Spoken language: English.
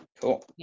Cool